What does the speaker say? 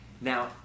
Now